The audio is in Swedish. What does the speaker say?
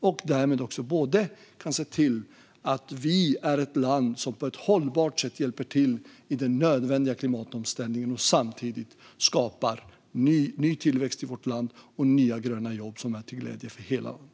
Det gör att vi därmed kan se till att vi är ett land som på ett hållbart sätt hjälper till i den nödvändiga klimatomställningen. Samtidigt skapar vi ny tillväxt i vårt land och nya gröna jobb som är till glädje för hela landet.